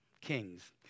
kings